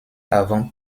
avant